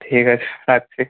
ঠিক আছে রাখছি